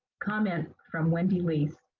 comment from wendy leece.